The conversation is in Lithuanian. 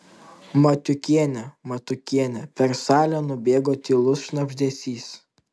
matiukienė matiukienė per salę nubėgo tylus šnabždesys